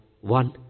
one